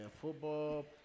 football